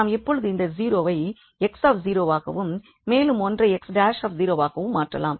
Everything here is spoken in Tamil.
நாம் இப்பொழுது இந்த 0வை 𝑥ஆகவும் மேலும் 1ஐ 𝑥′ஆகவும் மாற்றலாம்